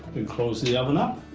and close the oven up.